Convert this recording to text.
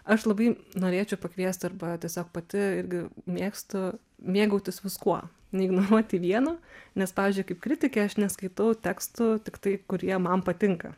aš labai norėčiau pakviest arba tiesiog pati irgi mėgstu mėgautis viskuo neignoruoti vieno nes pavyzdžiui kaip kritikė aš neskaitau tekstų tiktai kurie man patinka